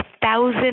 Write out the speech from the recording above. thousand